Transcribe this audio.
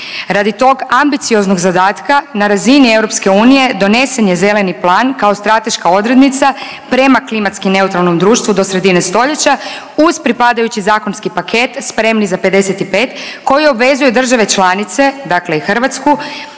Radi tog ambicioznog zadatka na razini EU donesen je Zeleni plan kao strateška odrednica prema klimatski neutralnom društvu do sredine stoljeća uz pripadajući zakonski paket Spremni za 55 koji obvezuje države članice, dakle i Hrvatsku